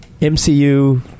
MCU